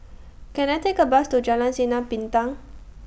Can I Take A Bus to Jalan Sinar Bintang